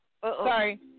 Sorry